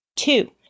Two